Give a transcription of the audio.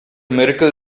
miracle